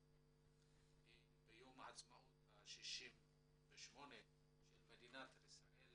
ביום העצמאות ה-68 של מדינת ישראל